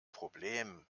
problem